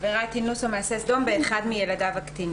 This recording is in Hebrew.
עברת אינוס או מעשה סדום באחד מילדיו הקטינים.